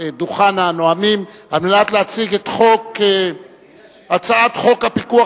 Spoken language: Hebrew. דוכן הנואמים כדי להציג את הצעת חוק הפיקוח